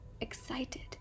excited